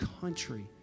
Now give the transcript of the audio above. country